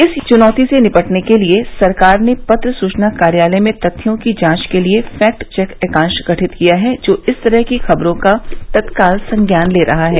इस चुनौती से निपटने के लिए सरकार ने पत्र सूचना कार्यालय में तथ्यों की जांच के लिए फैक्ट चेक एकांश गठित किया है जो इस तरह की खबरों का तत्काल संज्ञान ले रहा है